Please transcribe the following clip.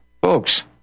Folks